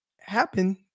happen